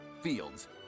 Fields